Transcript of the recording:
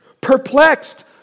Perplexed